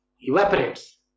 evaporates